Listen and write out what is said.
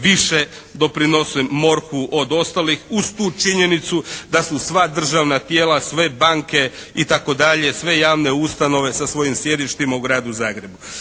više doprinose MORH-u od ostalih uz tu činjenicu da su sva državna tijela, sve banke itd., sve javne ustanove sa svojim sjedištima u Gradu Zagrebu.